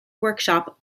workshop